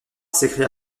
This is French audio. s’écria